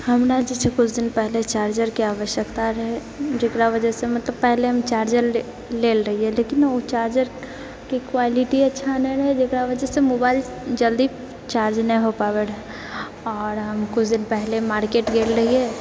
हमरा जे छै किछु दिन पहिले चार्जरके आवश्यकता रहै जेकरा वजहसँ मतलब पहिले हम चार्जर ले लेल रहियै लेकिन ओ चार्जरके क्वालिटी अच्छा नहि रहै जेकरा वजहसँ मोबाइल जल्दी चार्ज नहि हो पाबै रहै आओर हम किछु दिन पहिले मार्केट गेल रहियै